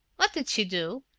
what did she do?